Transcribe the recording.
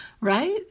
right